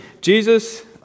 Jesus